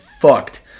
fucked